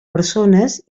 persones